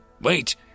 wait